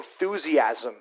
enthusiasm